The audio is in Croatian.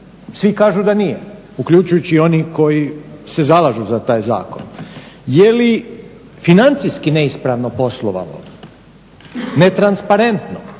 Svi kažu da nije, uključujući one koji se zalažu za taj zakon. Jeli financijski neispravno poslovalo, netransparentno?